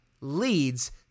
leads